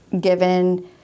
given